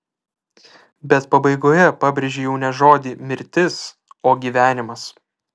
bet pabaigoje pabrėžei jau ne žodį mirtis o gyvenimas